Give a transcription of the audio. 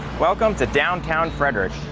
welcome to downtown frederick.